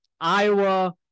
Iowa